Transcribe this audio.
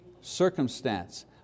circumstance